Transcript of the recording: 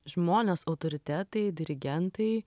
žmonės autoritetai dirigentai